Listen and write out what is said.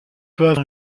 place